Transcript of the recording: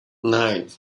nine